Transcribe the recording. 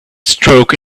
stroke